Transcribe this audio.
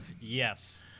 Yes